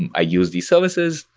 and i use these services.